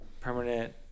permanent